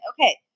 okay